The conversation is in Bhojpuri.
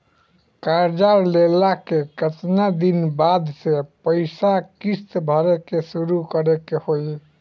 कर्जा लेला के केतना दिन बाद से पैसा किश्त भरे के शुरू करे के होई?